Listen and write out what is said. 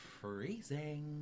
freezing